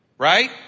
Right